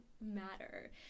matter